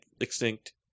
Extinct